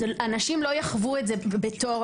אנשים לא יחוו את זה בתור